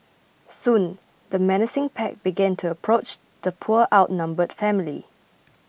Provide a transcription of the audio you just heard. soon the menacing pack began to approach the poor outnumbered family